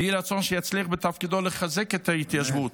ויהי רצון שיצליח בתפקידו לחזק את ההתיישבות.